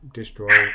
destroy